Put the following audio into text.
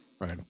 Right